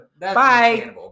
Bye